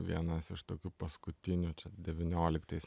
vienas iš tokių paskutinių čia devynioliktais